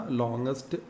longest